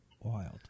wild